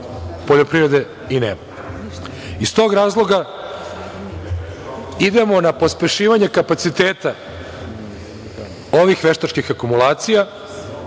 poljoprivrede i nema. Iz tog razloga idemo na pospešivanje kapaciteta ovih veštačkih akumulacija